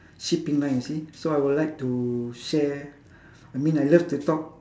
shipping line you see so I would like to share I mean I love to talk